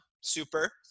super